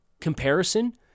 comparison